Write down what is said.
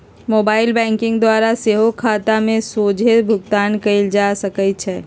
mobile banking द्वारा सेहो खता में सोझे भुगतान कयल जा सकइ छै